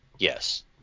Yes